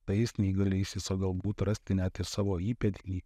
tais neįgaliaisiais o galbūt rasti net ir savo įpėdinį